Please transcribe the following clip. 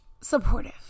supportive